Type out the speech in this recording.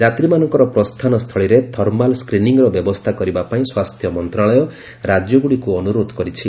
ଯାତ୍ରୀମାନଙ୍କର ପ୍ରସ୍ଥାନ ସ୍ଥଳିରେ ଥର୍ମାଲ୍ ସ୍କ୍ରିନିଂର ବ୍ୟବସ୍ଥା କରିବା ପାଇଁ ସ୍ୱାସ୍ଥ୍ୟ ମନ୍ତ୍ରଣାଳୟ ରାଜ୍ୟଗୁଡ଼ିକୁ ଅନୁରୋଧ କରିଛି